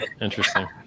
Interesting